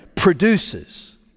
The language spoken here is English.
produces